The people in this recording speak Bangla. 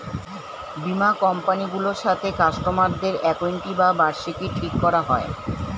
বীমা কোম্পানি গুলোর সাথে কাস্টমার দের অ্যানুইটি বা বার্ষিকী ঠিক করা হয়